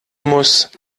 muss